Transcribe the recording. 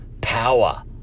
power